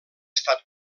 estat